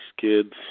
kids